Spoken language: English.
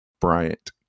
Bryant